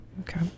Okay